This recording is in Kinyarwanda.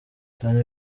tony